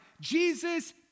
Jesus